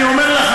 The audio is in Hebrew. אני אומר לך,